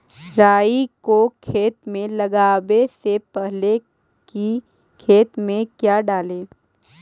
राई को खेत मे लगाबे से पहले कि खेत मे क्या डाले?